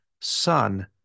Son